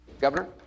Governor